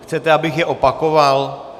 Chcete, abych je opakoval?